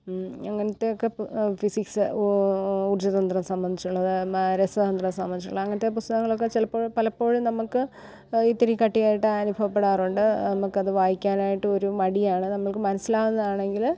അങ്ങനത്തെയൊക്കെ ഫിസിക്സ് ഊർജ്ജതന്ത്രം സംബന്ധിച്ചിട്ടുള്ളത് രസതന്ത്രം സംബന്ധിച്ചിട്ടുള്ളത് അങ്ങനത്തെ പുസ്തകങ്ങളൊക്കെ ചിലപ്പോൾ പലപ്പോഴും നമുക്ക് ഇത്തിരി കട്ടിയായിട്ട് അനുഭവപ്പെടാറുണ്ട് നമ്മള്ക്കത് വായിക്കാൻ ആയിട്ട് ഒരു മടിയാണ് നമുക്ക് മനസ്സിലാവുന്നത് ആണെങ്കില്